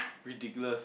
ridiculous